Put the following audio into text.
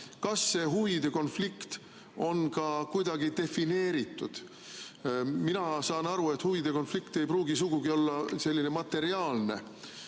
kas see huvide konflikt on ka kuidagi defineeritud. Mina saan aru, et huvide konflikt ei pruugi sugugi olla selline materiaalne,